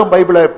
Bible